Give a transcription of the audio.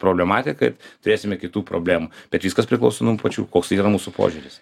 problematiką turėsime kitų problemų bet viskas priklauso nuo pačių koks yra mūsų požiūris